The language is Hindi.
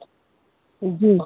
जी